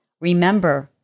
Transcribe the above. remember